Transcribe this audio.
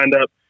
up